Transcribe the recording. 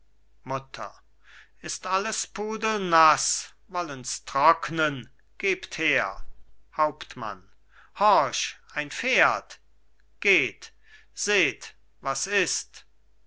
mutter ist alles pudelnaß wollen's trocknen gebt her hauptmann horch ein pferd geht seht was ist